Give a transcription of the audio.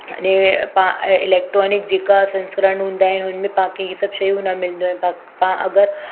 ने तव्हां इलेक्ट्रॉनिक जेका संस्करणु हूंदा आहिनि हुनमें तव्हांखे हीअ सभु शयूं न मिलदियूं आहिनि पाक तव्हां अगरि